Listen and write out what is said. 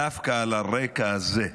דווקא על הרקע הזה,